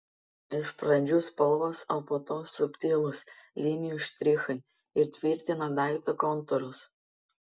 iš pradžių spalvos o po to subtilūs linijų štrichai įtvirtina daikto kontūrus